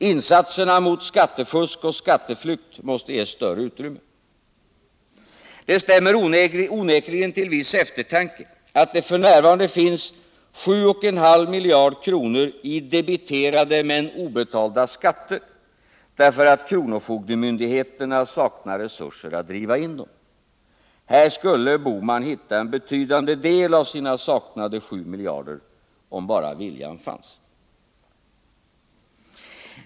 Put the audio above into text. Insatserna mot skattefusk och skatteflykt måste ges större utrymme. Det stämmer onekligen till viss eftertanke, att det f. n. finns 7,5 miljarder kronor i debiterade men obetalda skatter, därför att kronofogdemyndigheterna saknar resurser att driva in dem. Här skulle Gösta Bohman hitta en betydande del av sina saknade 7 miljarder — om bara viljan fanns.